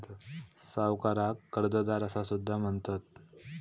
सावकाराक कर्जदार असा सुद्धा म्हणतत